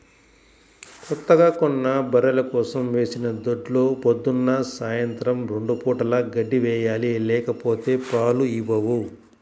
కొత్తగా కొన్న బర్రెల కోసం వేసిన దొడ్లో పొద్దున్న, సాయంత్రం రెండు పూటలా గడ్డి వేయాలి లేకపోతే పాలు ఇవ్వవు